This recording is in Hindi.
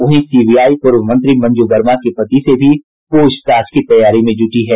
वहीं सीबीआई पूर्व मंत्री मंजू वर्मा के पति से भी पूछताछ की तैयारी में जूटी है